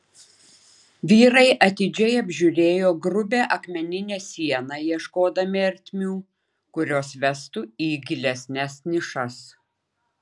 vyrai atidžiai apžiūrėjo grubią akmeninę sieną ieškodami ertmių kurios vestų į gilesnes nišas